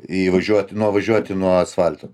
įvažiuoti novažiuoti nuo asfalto